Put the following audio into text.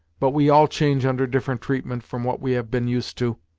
but we all change under different treatment from what we have been used to.